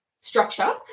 structure